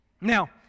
Now